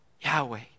Yahweh